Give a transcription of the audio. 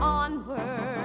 onward